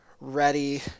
ready